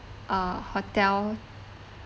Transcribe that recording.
uh hotel